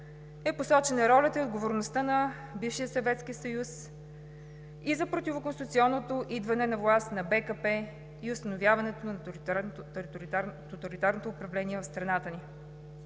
е посочена ролята и отговорността на бившия Съветски съюз и за противоконституционното идване на власт на БКП и установяване на тоталитарното управление в страната ни.